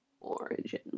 origin